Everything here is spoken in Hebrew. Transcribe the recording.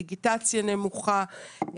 דיגיטציה נמוכה,